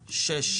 (6),